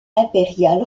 impérial